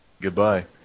Goodbye